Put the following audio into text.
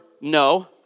No